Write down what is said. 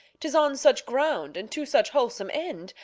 tis on such ground, and to such wholesome end,